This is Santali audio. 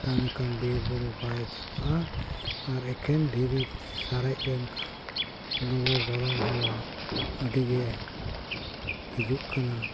ᱛᱟᱦᱚᱞᱮ ᱠᱷᱟᱱ ᱵᱤᱨ ᱵᱩᱨᱩ ᱵᱟᱭ ᱪᱟᱵᱟᱜᱼᱟ ᱟᱨ ᱮᱠᱷᱮᱱ ᱫᱷᱤᱨᱤ ᱥᱟᱨᱮᱡ ᱞᱮᱱ ᱞᱚᱞᱚ ᱜᱚᱨᱚᱢ ᱦᱟᱣᱟ ᱟᱹᱰᱤᱜᱮ ᱦᱤᱡᱩᱜ ᱠᱟᱱᱟ